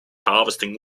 harvesting